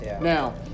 Now